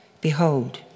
Behold